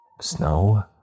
Snow